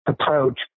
approach